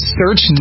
search